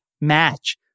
match